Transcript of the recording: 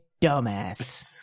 dumbass